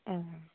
ம்